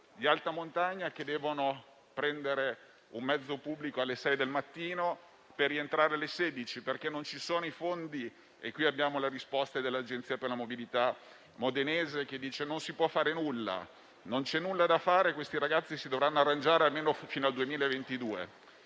di alta montagna devono prendere un mezzo pubblico alle 6 del mattino per rientrare alle 16, perché non ci sono i fondi. L'Agenzia per la mobilità di Modena - abbiamo qui le risposte - dice che non si può fare nulla; non c'è nulla da fare e questi ragazzi si dovranno arrangiare almeno fino al 2022.